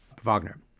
Wagner